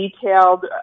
detailed